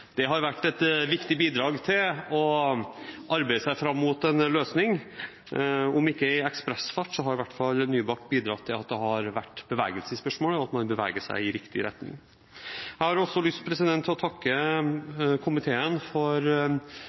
Det har vært et viktig bidrag til å arbeide seg fram mot en løsning. Om ikke i ekspressfart, har Nybakk i hvert fall bidratt til at det har vært bevegelse i spørsmålet, og at man beveger seg i riktig retning. Jeg har også lyst til å takke komiteen for